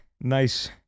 nice